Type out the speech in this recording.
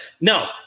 no